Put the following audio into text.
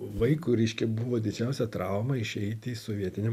vaikui reiškia buvo didžiausia trauma išeiti į sovietinę